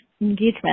engagement